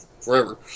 forever